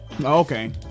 Okay